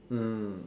hmm